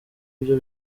byo